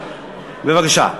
בבקשה.